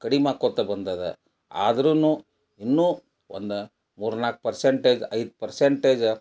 ಕಡಿಮೆ ಆಕೊತ ಬಂದದ ಆದ್ರೂ ಇನ್ನೂ ಒಂದು ಮೂರ್ನಾಲ್ಕು ಪರ್ಸೆಂಟೇಜ್ ಐದು ಪರ್ಸೆಂಟೇಜ